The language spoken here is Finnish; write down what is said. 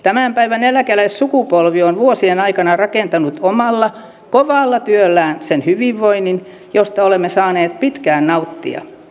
tämän päivän eläkeläissukupolvi on vuosien aikana rakentanut omalla kovalla työllään sen hyvinvoinnin josta olemme saaneet pitkään nauttia